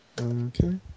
Okay